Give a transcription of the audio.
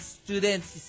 students